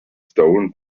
stone